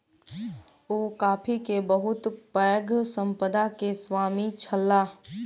ओ coffee के बहुत पैघ संपदा के स्वामी छलाह